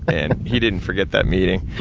and he didn't forget that meeting,